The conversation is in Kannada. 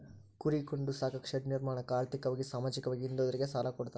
ಕುರಿ ಕೊಂಡು ಸಾಕಾಕ ಶೆಡ್ ನಿರ್ಮಾಣಕ ಆರ್ಥಿಕವಾಗಿ ಸಾಮಾಜಿಕವಾಗಿ ಹಿಂದುಳಿದೋರಿಗೆ ಸಾಲ ಕೊಡ್ತಾರೆ